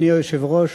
אדוני היושב-ראש,